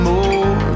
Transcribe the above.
More